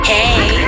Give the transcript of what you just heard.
Hey